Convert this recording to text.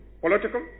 political